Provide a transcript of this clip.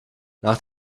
nach